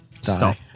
stop